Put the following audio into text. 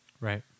right